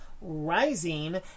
rising